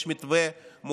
יש מתווה מוכן.